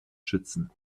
schützen